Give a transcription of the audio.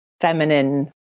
feminine